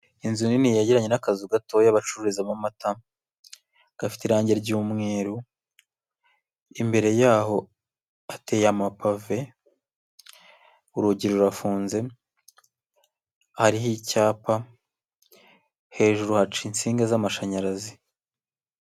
Inzu nini yegeranye n'akazu gatoya'abacururizamo amata gafite irangi ry'umweru, imbere yaho hateye amapave urugi rurafunze hariho icyapa hejuru haca insinga z'amashanyarazi.